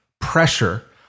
pressure